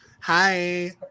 Hi